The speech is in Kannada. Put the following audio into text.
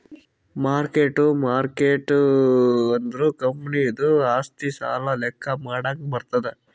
ಮಾರ್ಕ್ ಟ್ಟು ಮಾರ್ಕೇಟ್ ಅಂದುರ್ ಕಂಪನಿದು ಆಸ್ತಿ, ಸಾಲ ಲೆಕ್ಕಾ ಮಾಡಾಗ್ ಬರ್ತುದ್